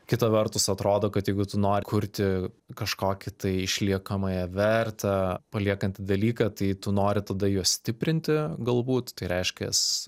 kita vertus atrodo kad jeigu tu nori kurti kažkokį tai išliekamąją vertę paliekantį dalyką tai tu nori tada juos stiprinti galbūt tai reiškias